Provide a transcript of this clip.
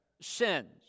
sins